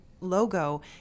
logo